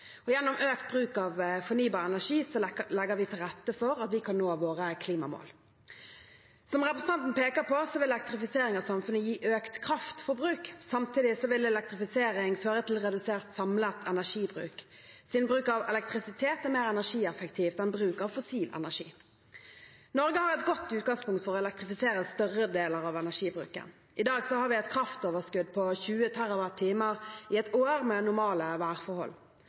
Gjennom økt bruk av fornybar energi legger vi til rette for at vi kan nå våre klimamål. Som representanten peker på, vil elektrifisering av samfunnet gi økt kraftforbruk. Samtidig vil elektrifisering føre til redusert samlet energibruk siden bruk av elektrisitet er mer energieffektivt enn bruk av fossil energi. Norge har et godt utgangspunkt for å elektrifisere større deler av energibruken. I dag har vi et kraftoverskudd på 20 TWh i et år med normale værforhold.